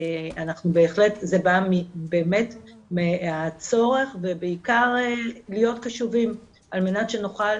ואנחנו בהחלט זה בא באמת מהצורך ובעיקר להיות קשובים על מנת שנוכל